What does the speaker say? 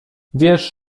wiesz